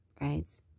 right